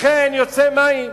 לכן יוצאים מים.